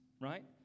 Right